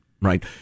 right